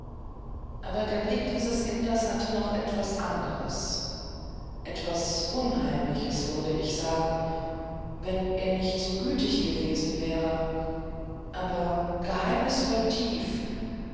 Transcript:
aber der blick dieses inders hatte noch etwas anderes etwas unheimliches würde ich sagen wenn er nicht so gütig gewesen wäre aber geheimnisvoll tief